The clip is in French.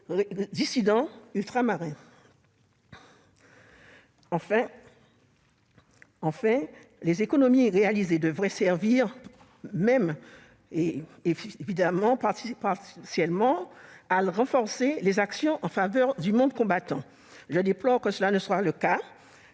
dissidents ultramarins. Les économies réalisées devraient servir, même partiellement, à renforcer les actions en faveur du monde combattant. Je déplore que cela ne soit pas le cas.